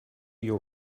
your